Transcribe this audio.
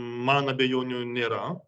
man abejonių nėra